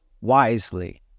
wisely